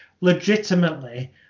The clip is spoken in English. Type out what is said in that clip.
legitimately